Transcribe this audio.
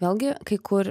vėlgi kai kur